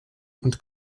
und